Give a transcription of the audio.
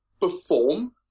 perform